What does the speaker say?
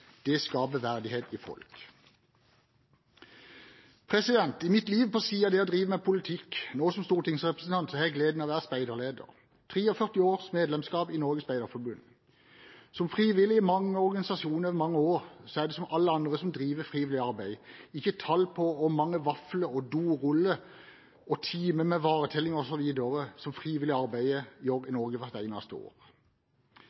Det skaper verdighet i folk. I mitt liv på siden av det å drive med politikk – nå som stortingsrepresentant – har jeg gleden av å være speiderleder, med 43 års medlemskap i Norges speiderforbund. Som frivillig i mange organisasjoner over mange år har jeg – som alle andre som driver frivillig arbeid – ikke tall på hvor mange vafler, doruller og timer med varetelling osv. som